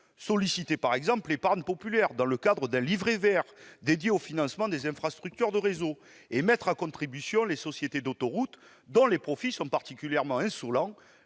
solliciter l'épargne populaire dans le cadre d'un « livret vert » dédié au financement des infrastructures de réseaux ou mettre à contribution les sociétés d'autoroute, dont les profits sont particulièrement insolents.